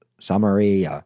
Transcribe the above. summary